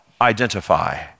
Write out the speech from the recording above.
identify